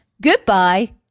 goodbye